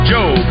Joe